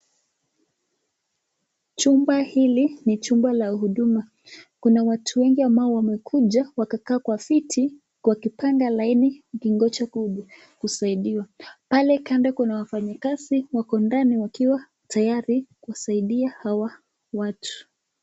Chumba hili ni chumba la huduma , kuna watu wengi ambao wamekuja wakikaa kwa viti wakipanga laini wakingoja kusaidiwa, pale kando kuna wafanyikazi wako ndani wakiwa tayari kusaidia hawa watu.